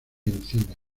encino